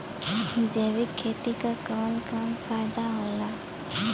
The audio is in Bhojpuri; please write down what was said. जैविक खेती क कवन कवन फायदा होला?